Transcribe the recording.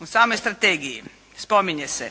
U samoj strategiji spominje se